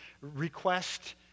request